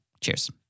Cheers